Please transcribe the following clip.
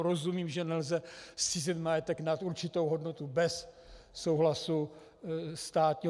Rozumím, že nelze zcizit majetek nad určitou hodnotu bez souhlasu státního.